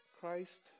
Christ